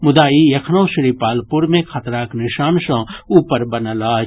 मुदा ई एखनहँ श्रीपालपुर मे खतराक निशान सँ ऊपर बनल अछि